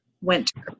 winter